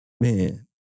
Man